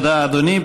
תודה, אדוני.